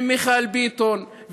עם מיכאל ביטון,